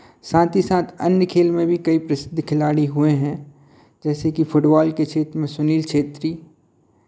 साथ ही साथ अन्य खेल में भी कई प्रसिद्ध खिलाड़ी हुए हैं जैसे कि फुटबॉल की क्षेत्र में सुनील क्षेत्री